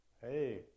hey